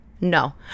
no